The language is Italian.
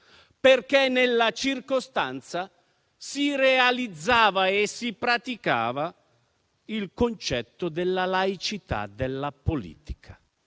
perché nella circostanza si realizzava e si praticava il concetto della laicità della politica.